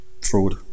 fraud